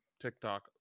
TikTok